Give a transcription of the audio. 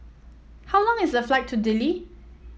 how long is the flight to Dili